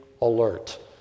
alert